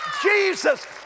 Jesus